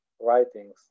writings